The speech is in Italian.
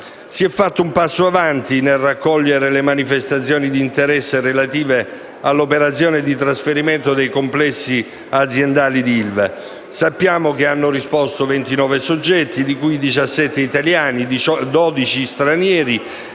si è fatto un passo in avanti nel raccogliere le manifestazioni di interesse relative all'operazione di trasferimento dei complessi aziendali dell'ILVA. Sappiamo che hanno risposto 29 soggetti, di cui 17 italiani e 12 stranieri